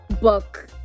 book